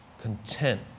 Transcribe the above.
content